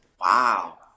wow